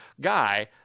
guy